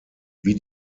wie